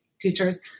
teachers